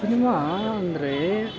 cinema ಅಂದರೆ